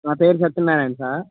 నా పేరు సత్యనారాయణ సార్